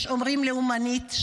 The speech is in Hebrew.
יש אומרים לאומנית,